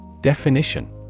Definition